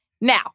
Now